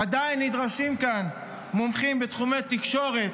עדיין נדרשים כאן מומחים בתחומי תקשורת,